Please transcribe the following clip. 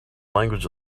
language